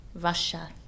Russia